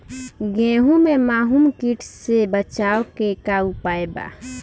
गेहूँ में माहुं किट से बचाव के का उपाय बा?